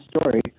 story